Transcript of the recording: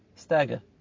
Stagger